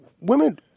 women